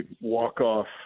walk-off